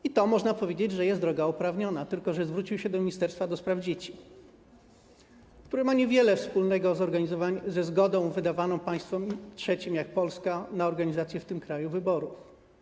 I to, można powiedzieć, że jest droga uprawniona, tylko że zwrócił się do ministerstwa do spraw dzieci, które ma niewiele wspólnego ze zgodą wydawaną państwom trzecim, jak Polska, na organizację w tym kraju wyborów.